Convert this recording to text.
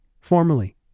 Formally